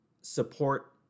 support